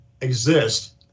exist